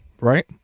right